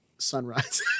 sunrise